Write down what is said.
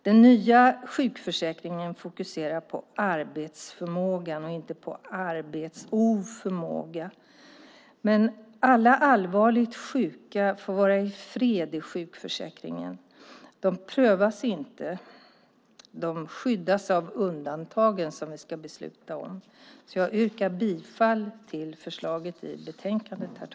Den nya sjukförsäkringen fokuserar på arbetsförmågan och inte på arbetsoförmåga, men alla allvarligt sjuka får vara i fred i sjukförsäkringen. De prövas inte. De skyddas av undantagen som vi ska besluta om. Jag yrkar bifall till utskottets förslag i betänkandet.